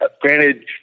Granted